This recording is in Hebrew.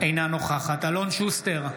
אינה נוכחת אלון שוסטר,